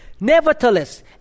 Nevertheless